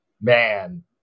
man